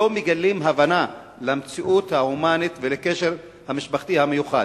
לא מגלים הבנה למציאות ההומנית ולקשר המשפחתי המיוחד.